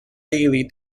daily